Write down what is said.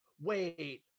wait